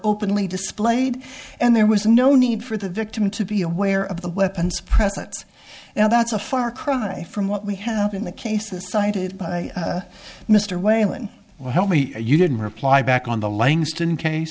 openly displayed and there was no need for the victim to be aware of the weapons present now that's a far cry from what we have in the cases cited by mr whalen well me you didn't reply back on the langston case